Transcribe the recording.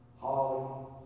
Holly